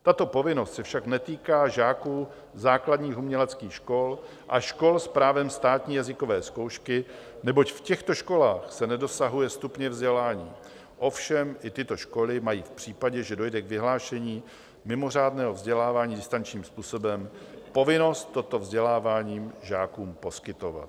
Tato povinnost se však netýká žáků základních uměleckých škol a škol s právem státní jazykové zkoušky, neboť v těchto školách se nedosahuje stupně vzdělání, ovšem i tyto školy mají v případě, že dojde k vyhlášení mimořádného vzdělávání distančním způsobem, povinnost toto vzdělávání žákům poskytovat.